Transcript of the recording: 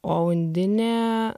o undinė